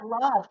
love